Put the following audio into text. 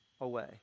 away